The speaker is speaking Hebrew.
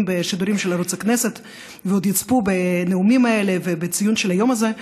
בשידורים של ערוץ הכנסת ועוד יצפו בנאומים האלה ובציון של היום הזה,